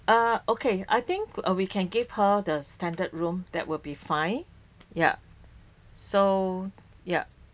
ah okay I think we can give her the standard room that will be fine yup so yup